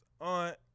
aunt